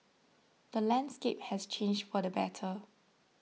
the landscape has changed for the better